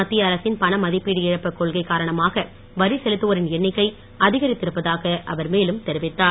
மத்திய அரசின் பண மதிப்பீடு இழப்பு கொள்கை காரணமாக வரி செலுத்துவோரின் எண்ணிக்கை அதிகரித்திருப்பதாக அவர் மேலும் தெரிவித்தார்